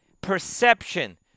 perception